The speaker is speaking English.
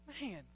Man